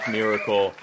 miracle